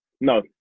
no